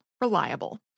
Reliable